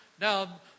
Now